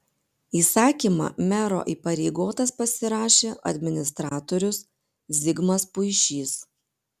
įsakymą mero įpareigotas pasirašė administratorius zigmas puišys